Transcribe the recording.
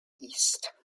east